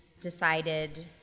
decided